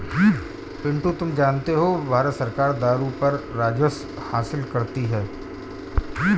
पिंटू तुम जानते हो भारत सरकार दारू पर राजस्व हासिल करती है